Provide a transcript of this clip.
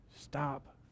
Stop